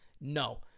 No